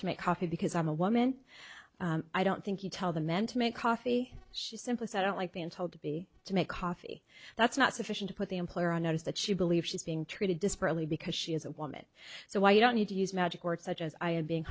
to make coffee because i'm a woman i don't think you tell the men to make coffee she simply said i don't like being told to be to make coffee that's not sufficient to put the employer on notice that she believes she's being treated disparate only because she is a woman so i don't need to use magic words such as i am being